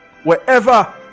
Wherever